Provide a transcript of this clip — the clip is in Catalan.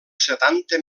setanta